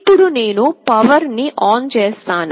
ఇప్పుడు నేను పవర్ ని ఆన్ చేస్తాను